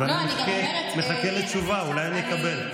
אני מחכה לתשובה, אולי אני אקבל.